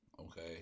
okay